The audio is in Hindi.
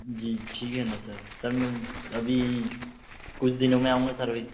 जी ठीक है ना सर सर मैं अभी कुछ दिनों में आऊँगा सर अभी